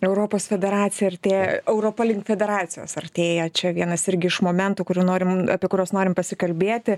europos federacija artė europa link federacijos artėja čia vienas irgi iš momentų kurių norim apie kuriuos norim pasikalbėti